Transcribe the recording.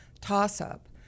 toss-up